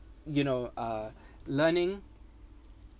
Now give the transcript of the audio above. you know uh learning